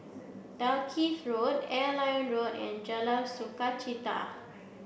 Dalkeith Road Airline Road and Jalan Sukachita